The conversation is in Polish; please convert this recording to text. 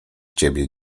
ciebie